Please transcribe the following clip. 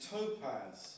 Topaz